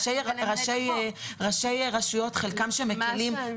ראשי רשויות שמקלים,